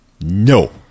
No